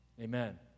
Amen